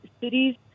cities